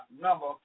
number